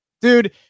dude